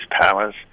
powers